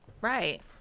right